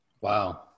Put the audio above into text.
wow